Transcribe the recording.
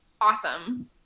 awesome